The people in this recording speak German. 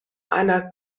einer